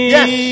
Yes